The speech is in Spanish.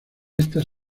estas